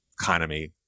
economy